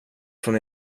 från